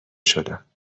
شدم